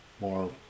more